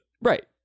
Right